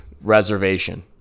reservation